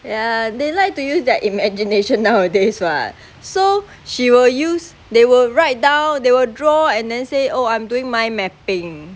yeah they like to use their imagination nowadays [what] so she will use they will write down they will draw and then say oh I'm doing mind mapping